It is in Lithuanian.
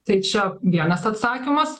tai čia vienas atsakymas